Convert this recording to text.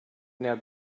now